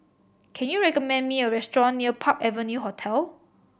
can you recommend me a restaurant near Park Avenue Hotel